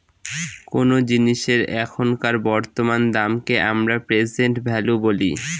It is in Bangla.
কোনো জিনিসের এখনকার বর্তমান দামকে আমরা প্রেসেন্ট ভ্যালু বলি